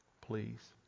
please